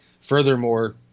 Furthermore